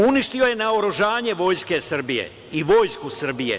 Uništio je naoružanje Vojske Srbije i Vojsku Srbije.